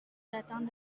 datang